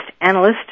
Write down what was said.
analyst